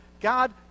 God